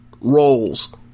roles